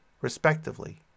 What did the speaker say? respectively